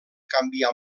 canviar